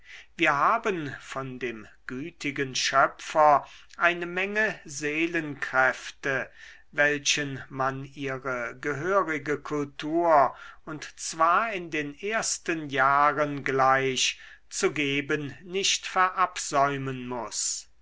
wir haben von dem gütigen schöpfer eine menge seelenkräfte welchen man ihre gehörige kultur und zwar in den ersten jahren gleich zu geben nicht verabsäumen muß